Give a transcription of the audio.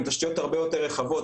עם תשתיות הרבה יותר רחבות,